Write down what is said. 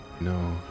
No